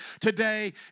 today